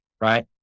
right